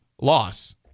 loss